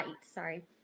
Sorry